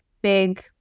Big